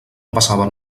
passaven